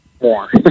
more